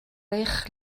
eich